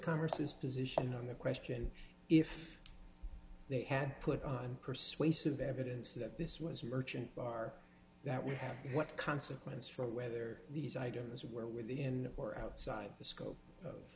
congress position on the question if they had put on persuasive evidence that this was a merchant bar that we have what consequence for whether these items were within or outside the scope of